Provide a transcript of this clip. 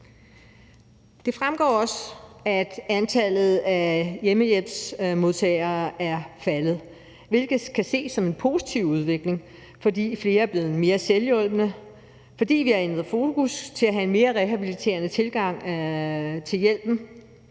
Det fremgår også, at antallet af hjemmehjælpsmodtagere er faldet, hvilket kan ses som en positiv udvikling, fordi flere er blevet mere selvhjulpne, fordi vi har ændret fokus til at have en mere rehabiliterende tilgang til hjælpen,